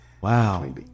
Wow